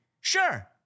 Sure